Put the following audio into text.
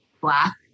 black